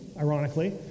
ironically